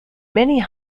many